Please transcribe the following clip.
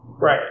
Right